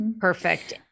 Perfect